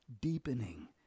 deepening